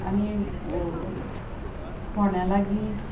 आनी फोंड्या लागीं